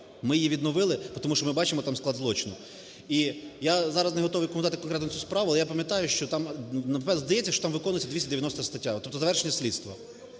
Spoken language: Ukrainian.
Ми її відновили, потому що ми бачимо там склад злочину. І я зараз не готовий відповідати конкретно цю справу, але я пам'ятаю, що там, здається, що там виконується 290 стаття. Тобто завершення слідства.